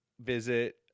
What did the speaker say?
visit